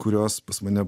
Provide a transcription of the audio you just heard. kurios pas mane